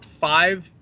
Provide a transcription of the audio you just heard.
five